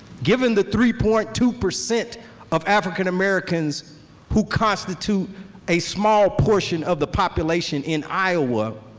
given the three point two percent of african americans who constitute a small portion of the population in iowa,